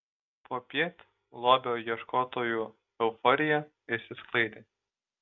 popiet lobio ieškotojų euforija išsisklaidė